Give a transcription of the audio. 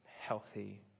healthy